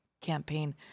campaign